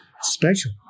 special